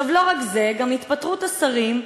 לא רק זה, גם התפטרות השרים.